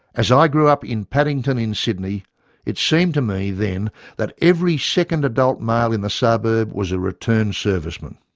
as i grew up in paddington in sydney it seemed to me then that every second adult male in the suburb was a returned serviceman.